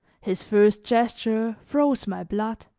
his first gesture froze my blood.